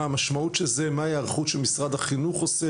מה המשמעות של זה, מה ההיערכות שמשרד החינוך עושה.